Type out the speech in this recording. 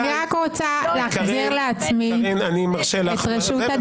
אני רק רוצה להחזיר לעצמי את רשות הדיבור.